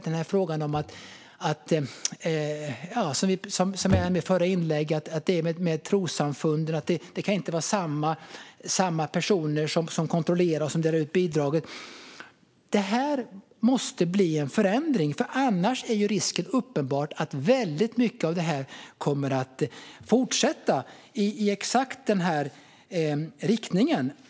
Som jag sa i mitt förra inlägg vad gäller trossamfunden kan det inte vara samma personer som kontrollerar som de som betalar ut bidragen. Här måste det bli en förändring. Annars är risken uppenbar att väldigt mycket kommer att fortsätta i exakt samma riktning.